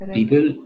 People